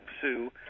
sue